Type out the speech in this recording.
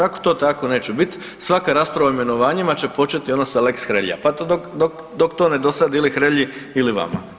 Ako to tako neće biti, svaka rasprava o imenovanjima će početi onda sa lex Hrelja pa to dok to ne dosadi ili Hrelji ili vama.